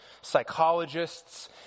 psychologists